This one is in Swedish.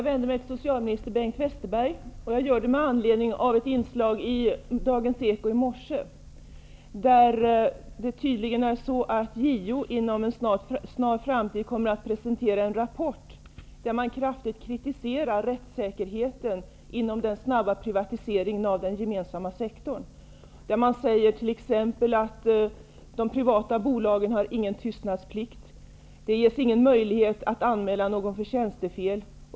Herr talman! Jag vänder mig till socialminister Dagens Eko i morse. JO kommer tydligen inom en snar framtid att presentera en rapport, där man kraftigt kritiserar rättssäkerheten på grund av den snabba privatiseringen av den gemensamma sektorn. Man säger t.ex. att de privata bolagen inte har någon tystnadsplikt. Det ges ingen möjlighet att anmäla någon för tjänstefel.